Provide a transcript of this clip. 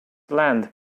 land